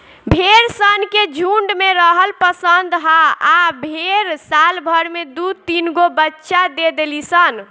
भेड़ सन के झुण्ड में रहल पसंद ह आ भेड़ साल भर में दु तीनगो बच्चा दे देली सन